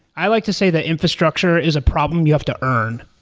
i like to say that infrastructure is a problem you have to earn,